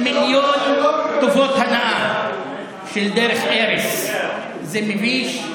6 מיליון טובות הנאה של דרך ארס זה מביש.